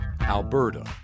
Alberta